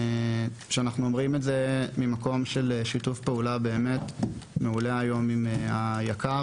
שאנחנו אומרים את זה ממקום של שיתוף פעולה מעולה היום עם היק"ר,